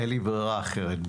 אין לי ברירה אחרת.